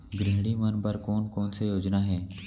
गृहिणी मन बर कोन कोन से योजना हे?